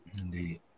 Indeed